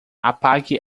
apague